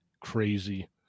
crazy